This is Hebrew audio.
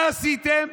מה עשיתם?